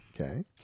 Okay